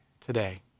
today